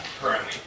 currently